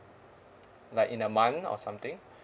like in a month or something